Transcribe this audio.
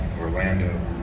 Orlando